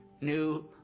new